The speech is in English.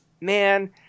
Man